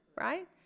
right